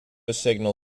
signal